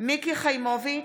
מיקי חיימוביץ'